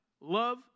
Love